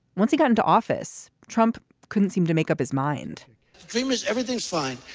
once he got into office trump couldn't seem to make up his mind dreamers everything's fine.